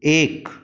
एक